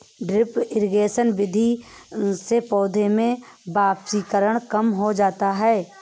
drip irrigation विधि से पौधों में वाष्पीकरण कम हो जाता है